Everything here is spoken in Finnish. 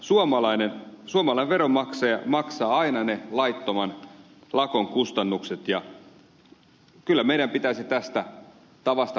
suomalainen veronmaksaja maksaa aina ne laittoman lakon kustannukset ja kyllä meidän pitäisi tästä tavasta päästä eroon